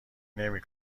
نمی